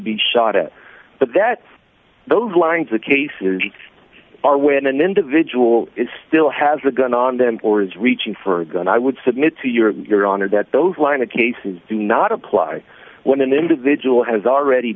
be shot at but that those lines the cases are when an individual is still has the gun on them or is reaching for a gun i would submit to your your honor that those line of cases do not apply when an individual has already